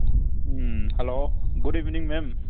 ꯎꯝ hello good ꯏꯕꯤꯅꯤꯡ ꯃꯦꯝ